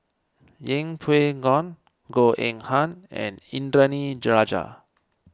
Yeng Pway Ngon Goh Eng Han and Indranee Rajah